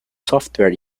software